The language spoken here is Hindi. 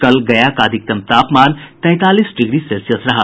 कल गया का अधिकतम तापमान तैंतालीस डिग्री सेल्सियस रहा